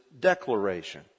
declaration